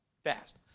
fast